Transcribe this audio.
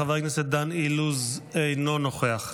חבר הכנסת דן אילוז, אינו נוכח.